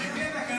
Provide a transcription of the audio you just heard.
זה קטע.